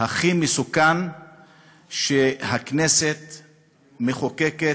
הכי מסוכן שהכנסת מחוקקת.